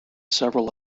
several